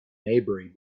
maybury